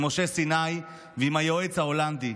עם משה סיני ועם היועץ ההולנדי.